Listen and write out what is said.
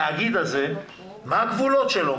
התאגיד הזה, מה הגבולות שלו?